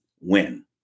win